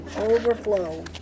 Overflow